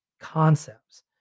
concepts